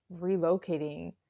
relocating